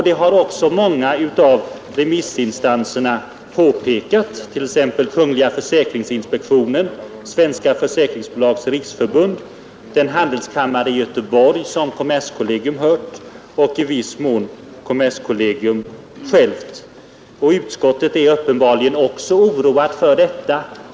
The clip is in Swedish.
Det har också många av remissinstanserna påpekat, t.ex. kungl. försäkringsinspektionen, Svenska försäkringsbolags riksförbund, handelskammaren i Göteborg som kommerskollegium har hört, samt i viss mån kommerskollegium självt. Utskottet är uppenbarligen också oroat med anledning av detta.